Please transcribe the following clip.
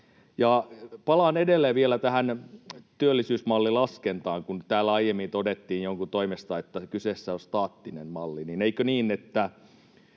Palaan edelleen vielä tähän työllisyysmallilaskentaan. Kun täällä aiemmin todettiin jonkun toimesta, että kyseessä on staattinen malli,